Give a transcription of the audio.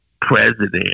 president